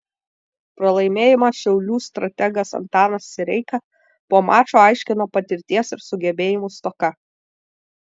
pralaimėjimą šiaulių strategas antanas sireika po mačo aiškino patirties ir sugebėjimų stoka